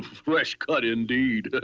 fresh cut indeed!